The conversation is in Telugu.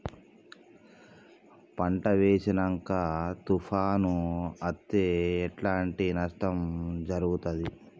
పంట వేసినంక తుఫాను అత్తే ఎట్లాంటి నష్టం జరుగుద్ది?